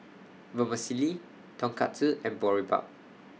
Vermicelli Tonkatsu and Boribap